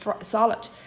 solid